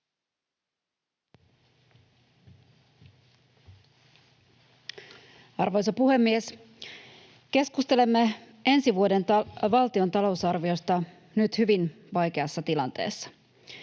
Arvoisa puhemies! Keskustelemme ensi vuoden valtion talousarviosta nyt hyvin vaikeassa tilanteessa.